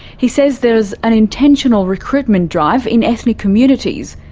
he says there was an intentional recruitment drive in ethnic communities,